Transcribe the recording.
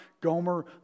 Gomer